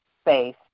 space